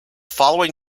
following